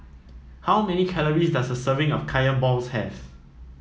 how many calories does a serving of Kaya Balls have